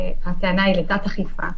כשהטענה היא לתת-אכיפה,